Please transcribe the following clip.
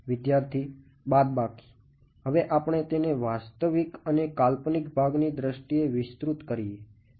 વિદ્યાર્થી બાદબાકી હવે આપણે તેને વાસ્તવિક ભાગની દ્રષ્ટિએ વિસ્તૃત કરીએ